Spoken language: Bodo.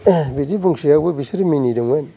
बिदि बुंसेयावबो बिसोर मिनिदोंमोन